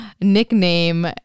nickname